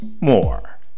more